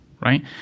right